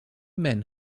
men